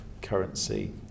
currency